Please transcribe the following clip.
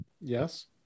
yes